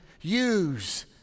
use